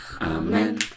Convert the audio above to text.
Amen